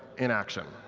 in action.